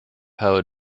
how